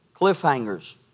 cliffhangers